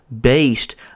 Based